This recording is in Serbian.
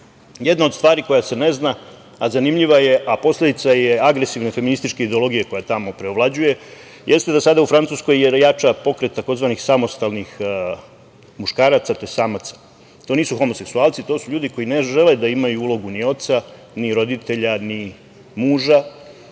lepo. Jedna od stvari koja se ne zna, a zanimljiva je, a posledica je agresivne feminističke ideologije koja tamo preovlađuje jeste da sada u Francuskoj jača pokret tzv. samostalnih muškaraca, tj. samaca. To nisu homoseksualci. To su ljudi koji ne žele da imaju ulogu ni oca, ni roditelja, ni muža